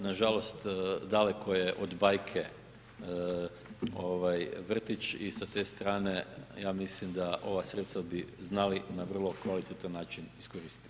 Nažalost daleko je od bajke ovaj vrtić i sa te strane ja mislim da ova sredstva bi znali na vrlo kvalitetan način iskoristiti.